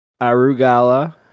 arugala